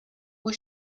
was